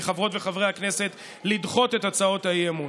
מחברות ומחברי הכנסת לדחות את הצעות האי-אמון.